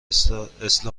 اصلاحات